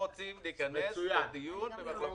ארז,